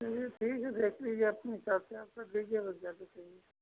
चलिए ठीक है देख लीजिए अपने हिसाब से आप कर दीजिए हो गया तो सही है